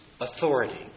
authority